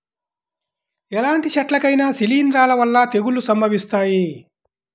ఎలాంటి చెట్లకైనా శిలీంధ్రాల వల్ల తెగుళ్ళు సంభవిస్తాయి